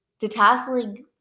detasseling